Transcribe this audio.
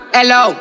Hello